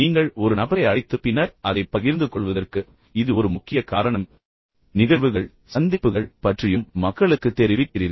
நீங்கள் ஒரு நபரை அழைத்து பின்னர் அதைப் பகிர்ந்து கொள்வதற்கு இது ஒரு முக்கியமான காரணம் நிகழ்வுகள் சந்திப்புகள் பற்றியும் மக்களுக்குத் தெரிவிக்கிறீர்கள்